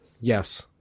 Yes